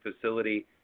facility